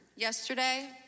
yesterday